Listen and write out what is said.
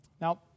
Now